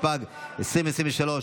התשפ"ג 2022,